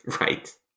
Right